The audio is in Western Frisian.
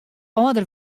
âlder